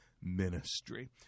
ministry